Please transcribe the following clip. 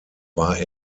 war